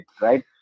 right